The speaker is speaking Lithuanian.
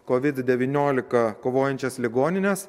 kovid devyniolika kovojančias ligonines